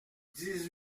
dix